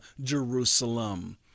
Jerusalem